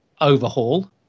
overhaul